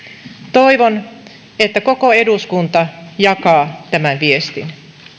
toivon että koko eduskunta jakaa tämän viestin